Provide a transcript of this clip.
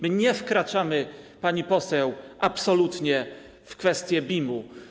My nie wkraczamy, pani poseł, absolutnie w kwestię BIM.